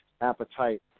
appetite